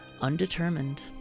undetermined